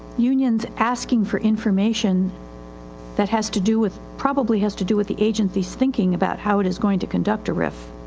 unions asking for information that has to do with probably has to do with the agencyis thinking about how it is going to conduct a rif.